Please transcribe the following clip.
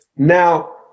Now